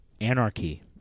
Anarchy